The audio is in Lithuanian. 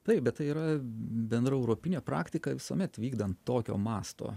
taip bet tai yra bendra europinė praktika visuomet vykdant tokio masto